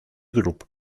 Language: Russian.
групп